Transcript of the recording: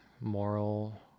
moral